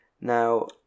Now